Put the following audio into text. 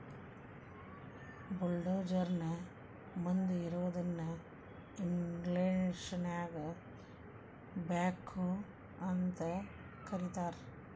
bulldozer ನ ಮುಂದ್ ಇರೋದನ್ನ ಇಂಗ್ಲೇಷನ್ಯಾಗ ಬ್ಯಾಕ್ಹೊ ಅಂತ ಕರಿತಾರ್